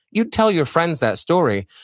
you'd tell your friends that story,